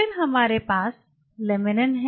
फिर हमारे पास लामिनिन है